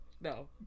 no